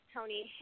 Tony